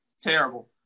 terrible